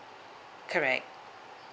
correct